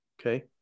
Okay